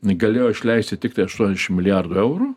galėjo išleisti tiktai aštuondešim milijardų eurų